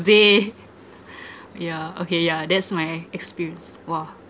day yeah okay yeah that's my experience !wah!